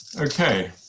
Okay